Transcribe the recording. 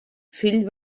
fill